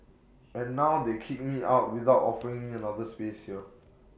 and now they kick me out without offering me another space here